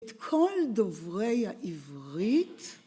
את כל דוברי העברית...